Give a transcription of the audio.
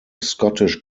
scottish